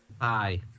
Hi